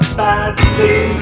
badly